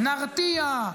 "נרתיע",